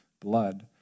blood